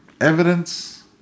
evidence